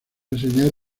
enseñar